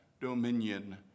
dominion